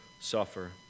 suffer